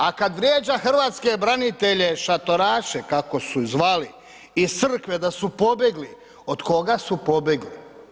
A kad vrijeđa hrvatske branitelje, šatoraše kako su ih zvali iz crkve da su pobjegli, od koga su pobjegli?